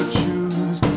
choose